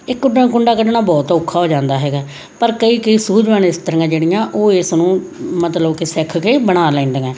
ਇੱਕ ਉਡਾ ਕੁੰਡਾ ਕੱਢਣਾ ਬਹੁਤ ਔਖਾ ਹੋ ਜਾਂਦਾ ਹੈਗਾ ਪਰ ਕਈ ਕਈ ਸੂਝਵਾਨ ਇਸਤਰੀਆਂ ਜਿਹੜੀਆਂ ਉਹ ਇਸ ਨੂੰ ਮਤਲਬ ਕਿ ਸਿੱਖ ਕੇ ਬਣਾ ਲੈਂਦੀਆਂ